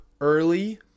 early